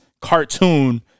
cartoon